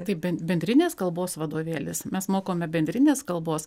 tai ben bendrinės kalbos vadovėlis mes mokome bendrinės kalbos